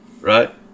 right